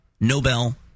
Nobel